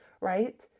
Right